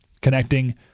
connecting